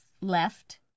left